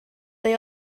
they